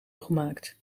gemaakt